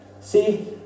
See